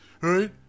right